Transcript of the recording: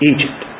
Egypt